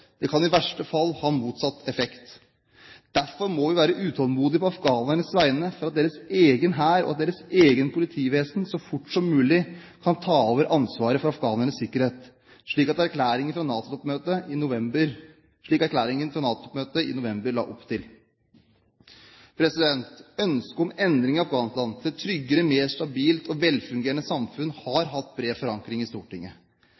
Det kan i verste fall ha motsatt effekt. Derfor må vi være utålmodige på afghanernes vegne med tanke på at deres egen hær og deres eget politivesen så fort som mulig kan ta over ansvaret for afghanernes sikkerhet, slik erklæringen fra NATO-toppmøtet i november la opp til. Ønsket om endring i Afghanistan til et tryggere, mer stabilt og velfungerende samfunn har hatt bred forankring i Stortinget.